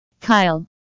Kyle